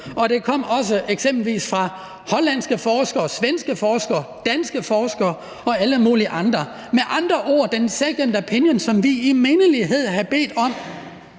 gjorde der også fra eksempelvis hollandske forskere, svenske forskere, danske forskere og alle mulige andre. Den second opinion, som vi så mindeligt havde bedt om